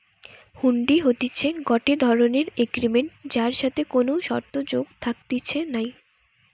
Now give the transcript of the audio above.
হুন্ডি হতিছে গটে ধরণের এগ্রিমেন্ট যার সাথে কোনো শর্ত যোগ থাকতিছে নাই